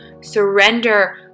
surrender